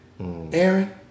Aaron